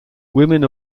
women